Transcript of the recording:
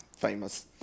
famous